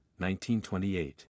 1928